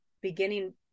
beginning